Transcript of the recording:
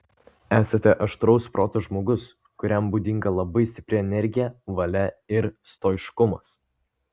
esate aštraus proto žmogus kuriam būdinga labai stipri energija valia ir stoiškumas